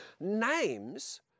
Names